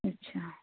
अच्छा